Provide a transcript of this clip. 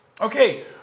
Okay